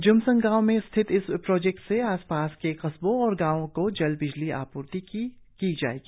ज्मसंग गांव में स्थित इस प्रोजेक्ट से आसपास के कस्बों और गांवो को बिजली आपूर्ति की जाएगी